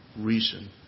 reason